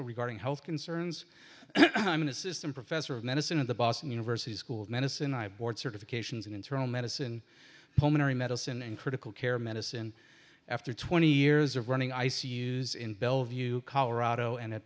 regarding health concerns i'm an assistant professor of medicine at the boston university school of medicine i board certifications in internal medicine pulmonary medicine in critical care medicine after twenty years of running ice use in bellevue colorado and